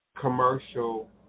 commercial